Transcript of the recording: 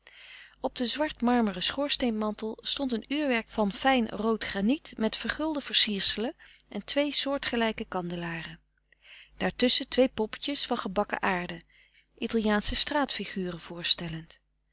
op den zwart marmeren schoorsteenmantel stond een uurwerk van fijn rood graniet met vergulde versierselen en twee soortgelijke kandelaren daartusschen twee poppetjes van gebakken aarde italiaansche straat figuren voorstellend